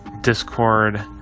discord